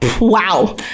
wow